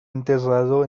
enterrado